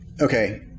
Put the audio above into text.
okay